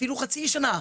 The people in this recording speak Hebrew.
אפילו חצי שנה.